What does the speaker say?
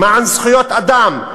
למען זכויות אדם,